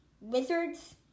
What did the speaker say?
Wizards